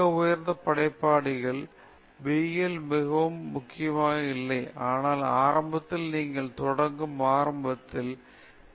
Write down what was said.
மிக உயர்ந்த படைப்பாளி மக்கள் b இல் மிகவும் முக்கியம் இல்லை ஆனால் ஆரம்பத்தில் நீங்கள் தொடங்கும் ஆரம்பத்தில் நீங்கள் தீவிர ஊக்கத்தொகையுடன் தொடங்கும்